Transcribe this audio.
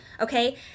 okay